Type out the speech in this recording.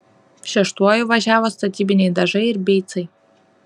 šeštuoju važiavo statybiniai dažai ir beicai